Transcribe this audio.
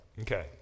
Okay